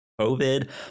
COVID